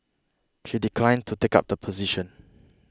she declined to take up the position